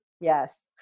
Yes